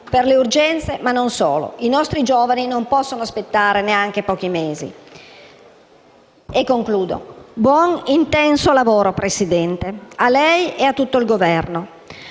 per le urgenze, ma non solo; i nostri giovani non possono aspettare neanche pochi mesi. E concludo: buon intenso lavoro, Presidente, a lei e a tutto il Governo.